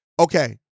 okay